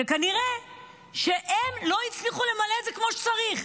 וכנראה שהם לא הצליחו למלא את זה כמו שצריך.